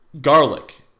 Garlic